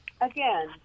Again